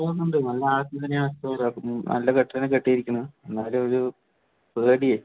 പോകുന്നുണ്ട് നല്ല നല്ല കെട്ടാണ് കെട്ടിയിരിക്കുന്നത് എന്നാലുമൊരു പേടിയേ